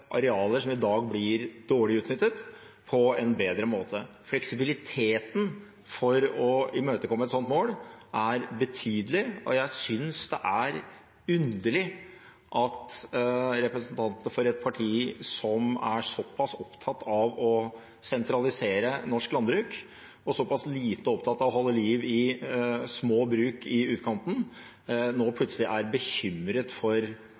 arealer som i dag blir dårlig utnyttet, på en bedre måte. Fleksibiliteten for å imøtekomme et slikt mål er betydelig, og jeg synes det er underlig at representanten for et parti som er såpass opptatt av å sentralisere norsk landbruk, og såpass lite opptatt av å holde liv i små bruk i utkanten, nå